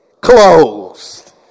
closed